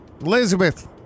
Elizabeth